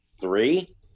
three